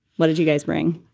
what did you guys bring?